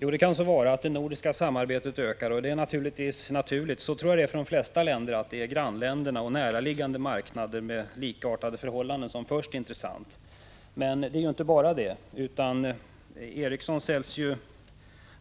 Herr talman! Det kan så vara att det nordiska samarbetet ökar, och det är självfallet naturligt. Jag tror att för de flesta länder är grannländerna en näraliggande marknad med likartade förhållanden det som först är intressant. Men det är ju inte bara på detta sätt. Ericsson säljs ju